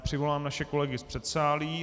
Přivolám naše kolegy z předsálí.